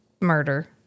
murder